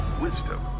wisdom